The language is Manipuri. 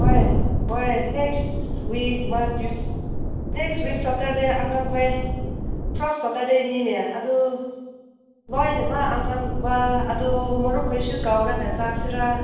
ꯍꯣꯏ ꯍꯣꯏ ꯅꯦꯛꯁ ꯋꯤꯛꯃ ꯅꯦꯛꯁ ꯋꯤꯛ ꯁꯦꯇꯔꯗꯦ ꯑꯉꯥꯡꯈꯣꯏ ꯐꯥꯔꯁ ꯁꯇꯔꯗꯦꯅꯤꯅꯦ ꯑꯗꯨ ꯂꯣꯏꯅꯃꯛ ꯑꯉꯥꯡꯒꯨꯝꯕ ꯑꯗꯨ ꯃꯔꯨꯞ ꯈꯣꯏꯁꯨ ꯀꯧꯔꯒ ꯆꯠꯁꯤꯔ